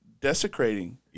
desecrating